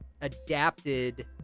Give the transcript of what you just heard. adapted